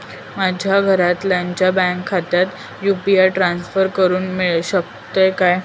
माझ्या घरातल्याच्या बँक खात्यात यू.पी.आय ट्रान्स्फर करुक शकतय काय?